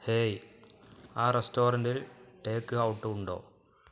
hey ആ റെസ്റ്റോറൻറ്റിൽ take out ഉണ്ടോ